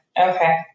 okay